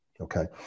okay